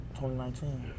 2019